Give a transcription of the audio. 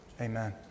Amen